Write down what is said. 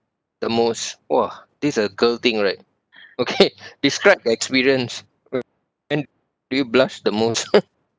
the most !wah! this a girl thing right okay describe the experience when do you blush the most